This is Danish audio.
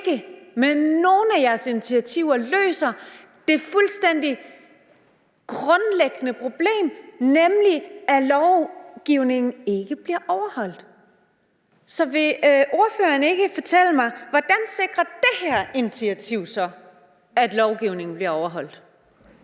med nogen af jeres initiativer løser det fuldstændig grundlæggende problem, at lovgivningen ikke bliver overholdt. Så vil ordføreren ikke fortælle mig, hvordan det her initiativ så sikrer, at lovgivningen bliver overholdt?